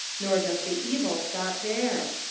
nor does the evil stop there.